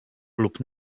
lub